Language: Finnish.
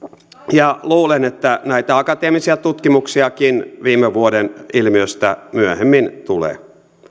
ja luulen että näitä akateemisia tutkimuksiakin viime vuoden ilmiöstä myöhemmin tulee